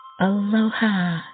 Aloha